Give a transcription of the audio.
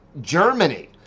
Germany